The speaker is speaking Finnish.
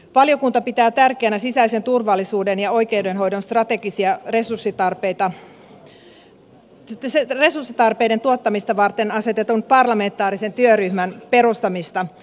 valiokunta pitää tärkeänä sisäisen turvallisuuden ja oikeudenhoidon strategisten resurssitarpeiden tuottamista varten asetetun parlamentaarisen työryhmän perustamista